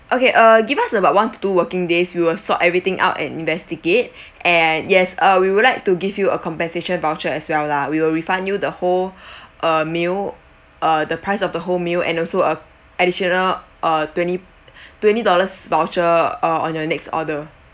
okay uh give us about one to two working days we will sort everything out and investigate and yes uh we would like to give you a compensation voucher as well lah we will refund you the whole uh meal err the price of the whole meal and also uh additional err twenty twenty dollars voucher err on your next order